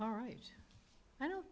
all right i don't